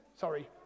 sorry